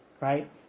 right